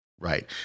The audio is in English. right